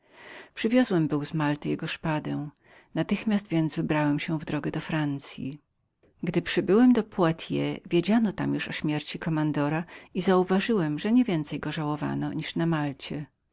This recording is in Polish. przyniosłem był z malty jego szpadę natychmiast więc wybrałem się w drogę do francyi przybywszy do poitiers zastałem wszystkich już uwiadomionych o śmierci kommandora i uważałem że nie więcej go żałowano jak na malcie